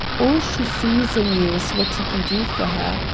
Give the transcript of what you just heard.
all she sees in you is what you can do for her.